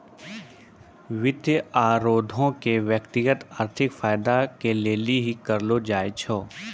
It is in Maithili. वित्त अपराधो के व्यक्तिगत आर्थिक फायदा के लेली ही करलो जाय छै